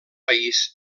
país